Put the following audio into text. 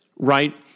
right